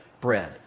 bread